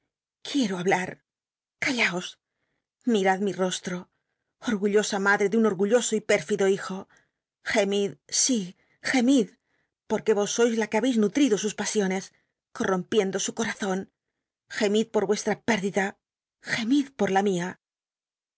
quiero hablar callaos mirad mi rosto orgullosn madre de un orgulloso y pórfido hijo gemid si gemid porque ros sois la que ha beis nutl'ido sus pasiones corrompiendo su coazon gemid por r uestra pérdida gemid por la mia